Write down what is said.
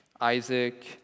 Isaac